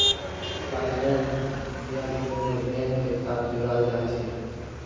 साधारण ब्याज लोनेर मेन पैसात जोड़ाल जाछेक